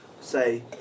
say